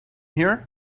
here